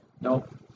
Nope